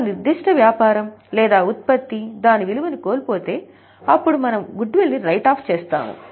ఒక నిర్దిష్ట వ్యాపారం లేదా ఉత్పత్తి దాని విలువను కోల్పోతే అప్పుడు మనము గుడ్ విల్ ని రైట్ ఆఫ్ చేస్తాము